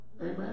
Amen